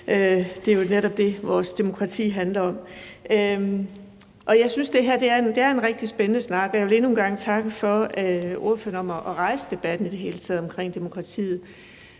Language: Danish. Det er jo netop det, vores demokrati handler om. Jeg synes, det her er en rigtig spændende snak, og jeg vil endnu en gang takke ordføreren for i det hele taget at rejse debatten om demokratiet.